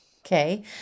Okay